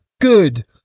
good